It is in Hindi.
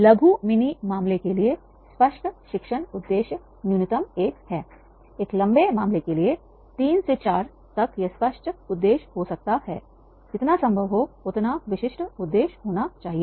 लघु मिनी मामले के लिए स्पष्ट शिक्षण उद्देश्य न्यूनतम 1 हैं एक लंबे मामले के लिए 3 से 4 तक यह स्पष्ट उद्देश्य हो सकता है जितना संभव हो उतना विशिष्ट उद्देश्य होना चाहिए